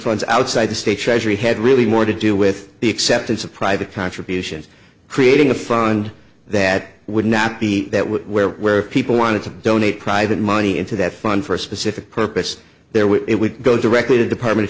funds outside the state treasury had really more to do with the acceptance of private contributions creating a fund that would not be that would where where people wanted to donate private money into that fund for a specific purpose there which it would go directly to the department of